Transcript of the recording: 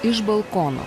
iš balkono